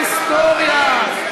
זה בא מההיסטוריה,